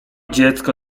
dziecko